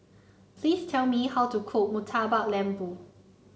please tell me how to cook Murtabak Lembu